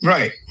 Right